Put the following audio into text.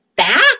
back